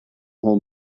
home